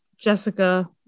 Jessica